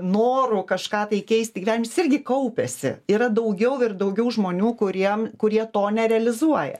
norų kažką tai keisti jiems irgi kaupiasi yra daugiau ir daugiau žmonių kuriem kurie to nerealizuoja